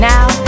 Now